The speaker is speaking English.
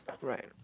Right